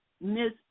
Miss